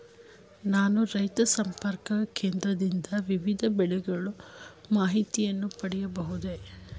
ನಾನು ರೈತ ಸಂಪರ್ಕ ಕೇಂದ್ರದಿಂದ ವಿವಿಧ ಬೆಳೆಗಳ ಮಾಹಿತಿಯನ್ನು ಪಡೆಯಬಹುದೇ?